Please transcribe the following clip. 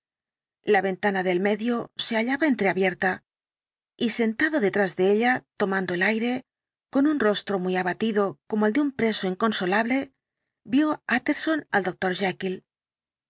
la ventana de el medio se hallaba entreabierta y sentado detrás de ella tomando el aire con un rostro muy abatido como el de un preso inconsolable vio utterson al doctor